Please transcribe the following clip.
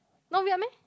no weird meh